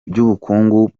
ry’ubukungu